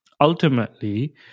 ultimately